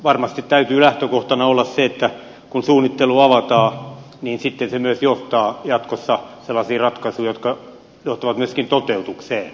varmasti täytyy lähtökohtana olla se että kun suunnittelu avataan niin sitten se myös johtaa jatkossa sellaisiin ratkaisuihin jotka johtavat myöskin toteutukseen